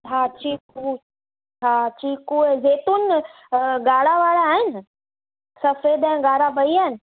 हा चीकू हा चीकू ऐं जैतून ॻाढ़ा वारा आहिनि सफ़ेद ऐं ॻाढ़ा ॿई आहिनि